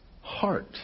heart